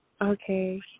Okay